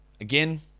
Again